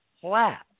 flat